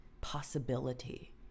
possibility